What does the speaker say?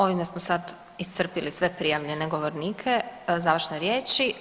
Ovime smo sad iscrpili sve prijavljene govornike završne riječi.